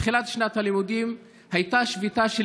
בתחילת שנת הלימודים הייתה שביתה של